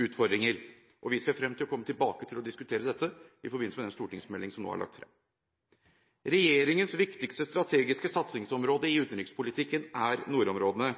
utfordringer. Vi ser frem til å komme tilbake til dette i forbindelse med den stortingsmeldingen som nå er lagt frem. Regjeringens viktigste strategiske satsingsområde i utenrikspolitikken er nordområdene.